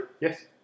Yes